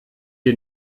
die